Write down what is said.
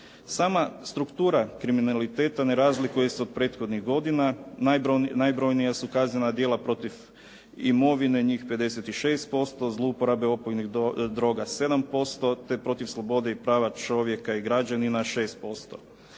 Sama struktura kriminaliteta ne razlikuje se od prethodnih godina. Najbrojnija su kaznena djela protiv imovine njih 56%, zlouporabe opojnih droga 7%, te protiv slobode i prava čovjeka i građanina 6%.